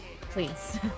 please